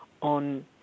on